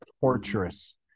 torturous